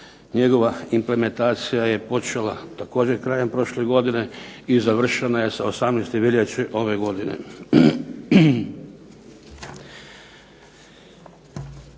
Njegova implementacija je počela također krajem prošle godine i završena je sa 18. veljače ove godine.